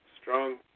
strong